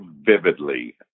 vividly